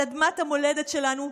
על אדמת המולדת שלנו,